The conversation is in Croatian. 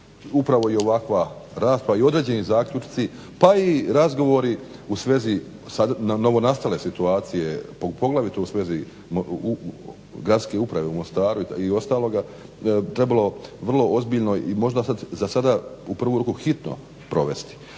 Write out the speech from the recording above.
upravo i ovakva rasprava i određeni zaključci pa i razgovori u svezi novonastale situacije poglavito u svezi Gradske uprave u Mostaru i ostaloga trebalo vrlo ozbiljno i možda zasada u prvu ruku hitno provesti.